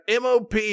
mop